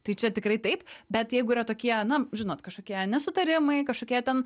tai čia tikrai taip bet jeigu yra tokie na žinot kažkokie nesutarimai kažkokie ten